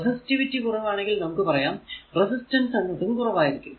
resistivity കുറവാണെങ്കിൽ നമുക്ക് പറയാം റെസിസ്റ്റൻസ് എന്നതും കുറവായിരിക്കും